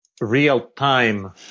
real-time